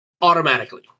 automatically